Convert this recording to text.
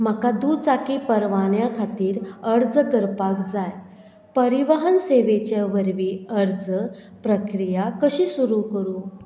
म्हाका दुचाकी परवण्या खातीर अर्ज करपाक जाय परिवाहन सेवेचे वरवीं अर्ज प्रक्रिया कशी सुरू करूं